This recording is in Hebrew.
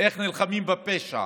איך נלחמים בפשע